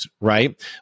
right